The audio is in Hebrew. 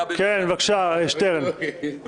הרבי מסאטמר.